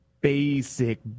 basic